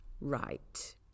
right